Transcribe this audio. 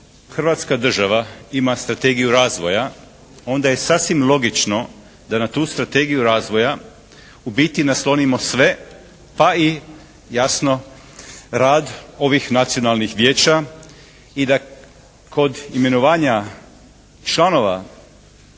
hrvatska država ima strategiju razvoja onda je sasvim logično da na tu strategiju razvoja u biti naslonimo sve pa i jasno rad ovih nacionalnih vijeća i da kod imenovanja članova